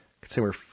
Consumer